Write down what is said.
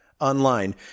online